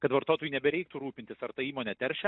kad vartotojui nebereiktų rūpintis ar ta įmonė teršia